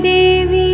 Devi